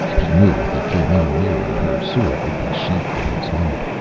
he knew if he came any nearer her sword would be sheathed in his heart.